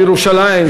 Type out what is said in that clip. בירושלים,